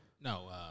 no